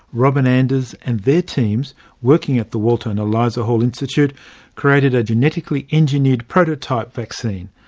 robin anders and their teams working at the walter and eliza hall institute created a genetically engineered prototype vaccine.